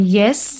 yes